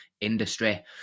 industry